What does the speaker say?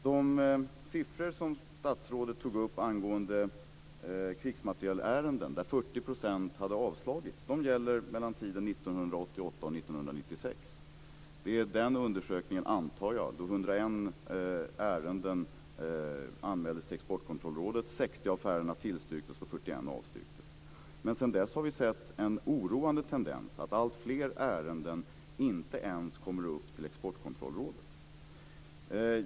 De siffror som statsrådet tog upp angående krigsmaterielärenden, som visade att 40 % hade avslagits, gäller för tiden 1988-1996. Det är den undersökningen, antar jag, där 101 ärenden anmäldes till Exportkontrollrådet. 60 av affärerna tillstyrktes och 41 avstyrktes. Men sedan dess har vi sett en oroande tendens, att alltfler ärenden inte ens kommer upp till Exportkontrollrådet.